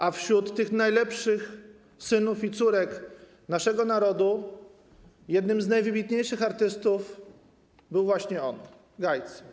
A wśród tych najlepszych synów i córek naszego narodu jednym z najwybitniejszych artystów był właśnie on - Gajcy.